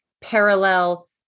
parallel